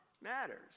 matters